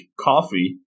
coffee